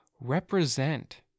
represent